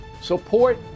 support